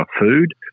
food